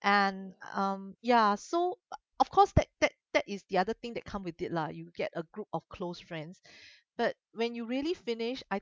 and um ya so of course that that that is the other thing that come with it lah you get a group of close friends but when you really finished I